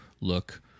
look